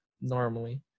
normally